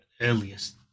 earliest